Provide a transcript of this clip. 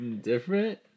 different